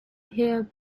hear